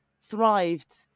thrived